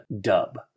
dub